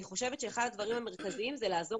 אני חושבת שאחד הדברים המרכזיים זה לעזור